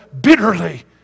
bitterly